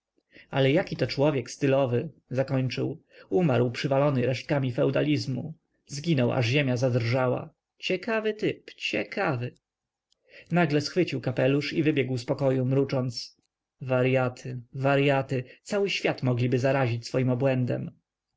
ale jaki to człowiek stylowy zakończył umarł przywalony resztkami feodalizmu zginął aż ziemia zadrżała ciekawy typ ciekawy nagle schwycił kapelusz i wybiegł z pokoju mrucząc waryaty waryaty cały świat mogliby zarazić swoim obłędem